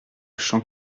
champ